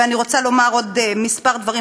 ואני רוצה לומר עוד כמה דברים,